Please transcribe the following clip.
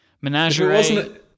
Menagerie